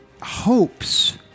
hopes